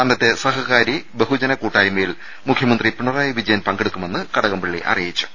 അന്നത്തെ സഹകാരി ബഹു ജന കൂട്ടായ്മയിൽ മുഖ്യമന്ത്രി പിണറായി വിജയൻ പങ്കെടുക്കുമെന്ന് കട കംപള്ളി അറിയിച്ചു